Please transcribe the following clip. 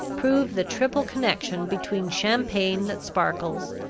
prove the triple connection between champagne that sparkles,